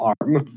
arm